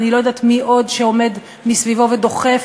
ואני לא יודעת מי עוד שעומד סביבו ודוחף